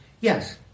yes